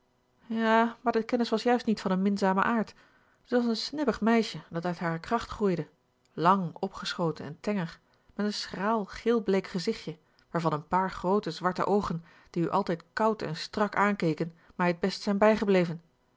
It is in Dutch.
ja maar de kennis was juist niet van een minzamen aard zij was een snibbig meisje dat uit hare kracht groeide lang opgeschoten en tenger met een schraal geelbleek gezichtje waarvan een paar groote zwarte oogen die u altijd koud en strak aankeken mij het best zijn bijgebleven